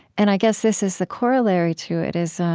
and i guess this is the corollary to it, is,